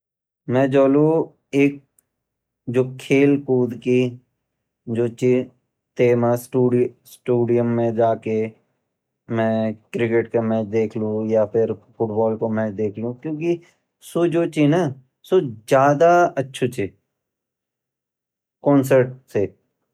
मै जू ची जोलु खेल-कूद कू जु ची स्टेडियम मा जेके मैं क्रिकेट मैच देखलु या फुटबॉल मैच देखलु किलेकी सू जू ची ना सु ज़्यदा अछू ची कॉन्सर्ट से।